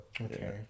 okay